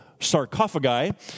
sarcophagi